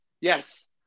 Yes